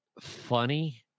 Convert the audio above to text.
funny